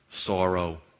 sorrow